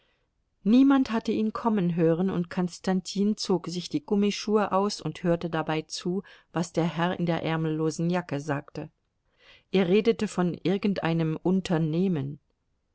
niemand hatte ihn kommen hören und konstantin zog sich die gummischuhe aus und hörte dabei zu was der herr in der ärmellosen jacke sagte er redete von irgendeinem unternehmen